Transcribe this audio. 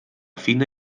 fina